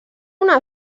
una